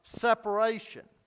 separation